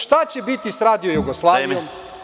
Šta će biti sa Radio-Jugoslavijom?